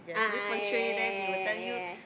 a'ah yeah yeah yeah yeah yeah yeah yeah yeah